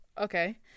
Okay